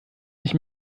nicht